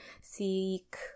seek